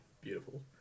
beautiful